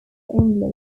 only